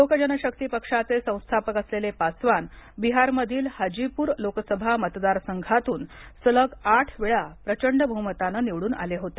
लोक जनशक्ती पक्षाचे संस्थापक असलेले पासवान बिहार मधील हाजीप्र लोकसभा मतदार संघातून सलग आठ वेळा प्रचंड बहुमताने निवडून आले होते